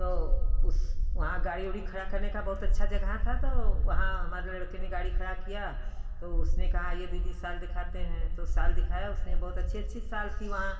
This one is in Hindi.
तो उस वहाँ गाड़ी उड़ी खड़ा करने का बहुत अच्छा जगह था तो वहाँ हमारे लड़के ने गाड़ी खड़ा किया तो उसने कहाँ आइए दीदी शाल दिखाते हैं दो शाल दिखाया उसने बहुत अच्छी अच्छी शाल थी वहाँ